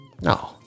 No